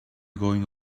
going